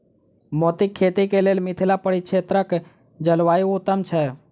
मोतीक खेती केँ लेल मिथिला परिक्षेत्रक जलवायु उत्तम छै?